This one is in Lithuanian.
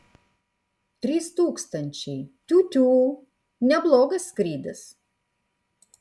trys tūkstančiai tiū tiū neblogas skrydis